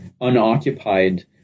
unoccupied